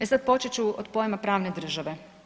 E sad počet ću od pojma pravne države.